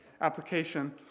application